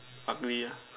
ugly ah